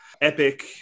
epic